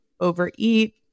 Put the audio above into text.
overeat